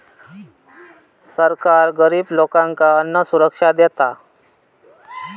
सरकार गरिब लोकांका अन्नसुरक्षा देता